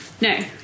no